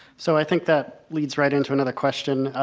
so, i think that leads right into another question.